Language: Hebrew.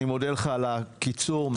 אני מודה לך על כך שדיברת בקצרה.